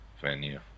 venue